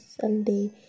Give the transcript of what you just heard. sunday